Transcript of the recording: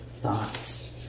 thoughts